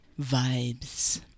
vibes